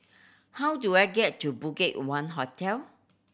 how do I get to BudgetOne Hotel